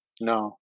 no